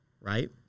right